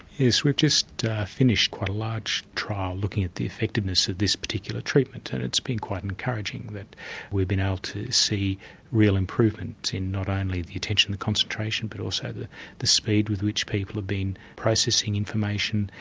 yes, we've just finished quite a large trial looking at the effectiveness of this particular treatment and it's been quite encouraging that we've been able to see real improvement in not only the attention and concentration but also the the speed with which people are being processing information.